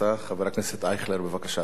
חבר הכנסת אייכלר, בבקשה, אדוני.